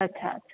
अछा अछा